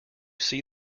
see